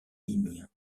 lignes